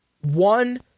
one